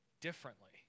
differently